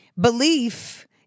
Belief